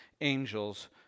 angels